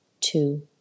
two